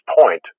point